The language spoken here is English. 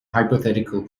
hypothetical